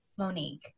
Monique